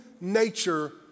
nature